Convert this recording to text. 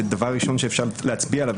ודבר ראשון שאפשר להצביע עליו,